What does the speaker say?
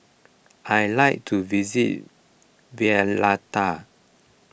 I like to visit Valletta